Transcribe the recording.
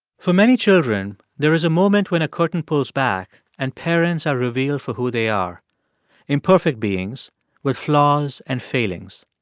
for many children, there is a moment when a curtain pulls back and parents are revealed for who they are imperfect beings with flaws and failings.